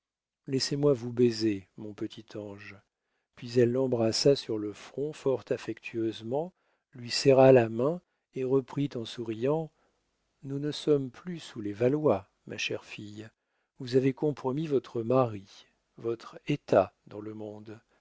laissez-moi vous baiser mon petit ange puis elle l'embrassa sur le front fort affectueusement lui serra la main et reprit en souriant nous ne sommes plus sous les valois ma chère fille vous avez compromis votre mari votre état dans le monde